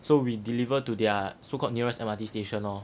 so we deliver to their so called nearest M_R_T station lor